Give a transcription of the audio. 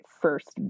first